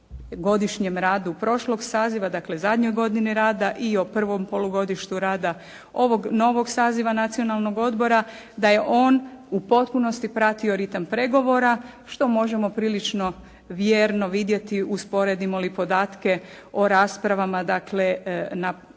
godišnjem radu prošlog saziva. Dakle, zadnjoj godini rada i o prvom polugodištu rada ovog novog saziva Nacionalnog odbora, da je on u potpunosti pratio ritam pregovora što možemo prilično vjerno vidjeti usporedimo li podatke o raspravama. Dakle,